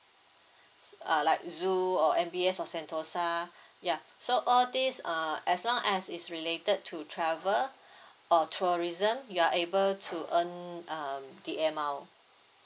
uh like zoo or N_B_S or sentosa yeah so all these uh as long as is related to travel or tourism you are able to earn um the airmile